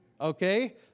Okay